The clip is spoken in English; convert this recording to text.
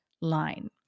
line